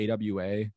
AWA